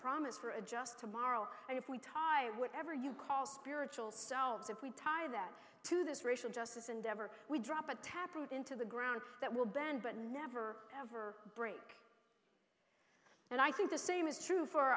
promise for a just tomorrow and if we tie whatever you call spiritual selves if we tie that to this racial justice endeavor we drop a taproot into the ground that will bend but never ever break and i think the same is true for